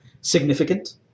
significant